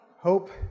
hope